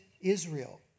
Israel